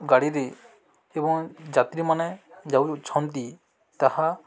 ଗାଡ଼ିରେ ଏବଂ ଯାତ୍ରୀମାନେ ଯାଉଛନ୍ତି ତାହା